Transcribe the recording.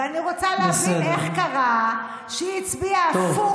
ואני רוצה להבין איך קרה שהיא הצביעה הפוך,